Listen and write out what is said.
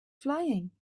flying